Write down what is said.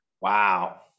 Wow